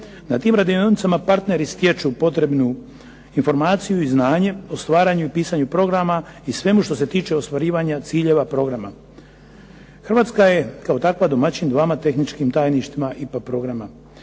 Na tim radionicama partneri stječu potrebnu informaciju i znanje o stvaranju i pisanju programa i svemu što se tiče ostvarivanja ciljeva programa. Hrvatska je kao takva domaćin dvama tehničkim tajništvima IPA programa.